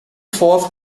fourth